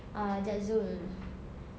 ah ajak zul